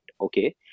okay